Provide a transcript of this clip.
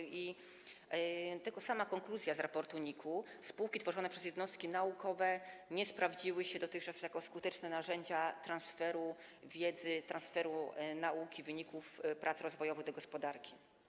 I tylko sama konkluzja z raportu NIK-u: Spółki tworzone przez jednostki naukowe nie sprawdziły się dotychczas jako skuteczne narzędzia transferu wiedzy, transferu nauki, wyników prac rozwojowych do gospodarki.